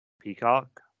Peacock